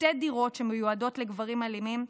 שתי דירות שמיועדות לגברים אלימים,